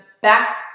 back